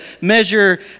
measure